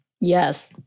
Yes